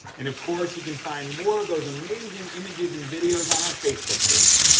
and of course, you can find more of those amazing images and videos on our facebook page,